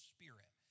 Spirit